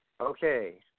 okay